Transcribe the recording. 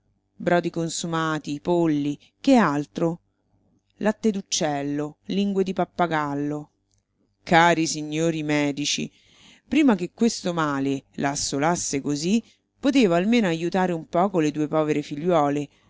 brodi consumati polli che altro latte d'uccello lingue di pappagallo cari i signori medici prima che questo male la assolasse così poteva almeno ajutare un poco le due povere figliuole